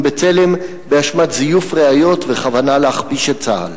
"בצלם" באשמת זיוף ראיות וכוונה להכפיש את צה"ל?